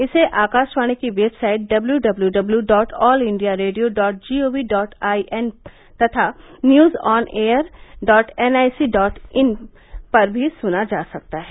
इसे आकाशवाणी की website W W W dot all India radio dot G O V dot I N तथा news on A I R dot N I C dot I N पर भी सुना जा सकता है